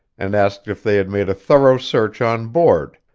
and asked if they had made a thorough search on board,